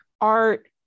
art